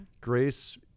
Grace